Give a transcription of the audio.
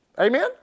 amen